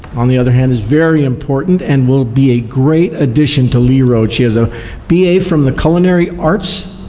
on the other hand, is very important, and will be a great addition to lee road. she has a b a. from the culinary arts,